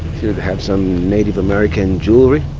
have some native american jewelry.